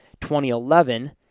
2011